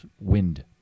wind